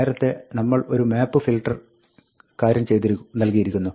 നേരത്തെ നമ്മൾ ഒരു മാപ്പ് ഫിൽട്ടർ കാര്യം നൽകിയിരുന്നു